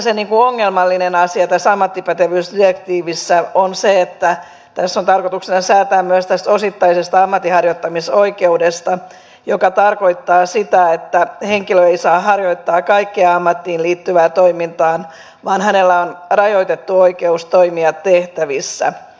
se ongelmallinen asia tässä ammattipätevyysdirektiivissä on se että tässä on tarkoituksena säätää myös tästä osittaisesta ammatinharjoittamisoikeudesta joka tarkoittaa sitä että henkilö ei saa harjoittaa kaikkea ammattiin liittyvää toimintaa vaan hänellä on rajoitettu oikeus toimia tehtävissä